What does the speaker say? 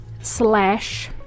slash